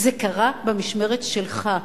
זה קרה במשמרת שלך.